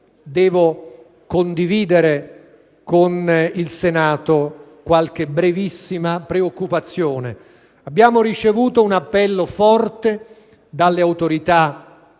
devo condividere con il Senato qualche brevissima preoccupazione. Abbiamo ricevuto un appello forte dalle autorità egiziane,